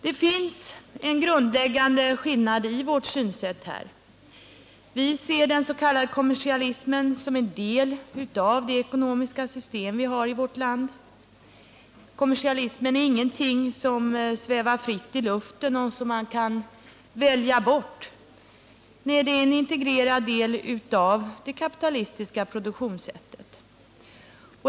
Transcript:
Det finns en grundläggande skillnad i vårt synsätt här. Vi ser den s.k. kommersialismen som en del av det ekonomiska system vi har i vårt land. Kommersialismen är ingenting som svävar fritt i luften och som man kan välja bort. Nej, den är en integrerad del av det kapitalistiska produktionssättet.